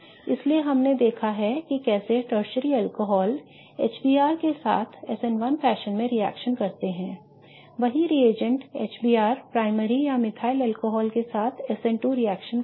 इसलिए हमने देखा है कि कैसे टर्शरी अल्कोहल HBr के साथ SN1 फैशन में रिएक्शन करते हैं वही रिएजेंट HBr प्राइमरी या मिथाइल अल्कोहल के साथ SN2 रिएक्शन करेगा